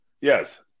Yes